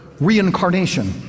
reincarnation